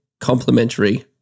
complementary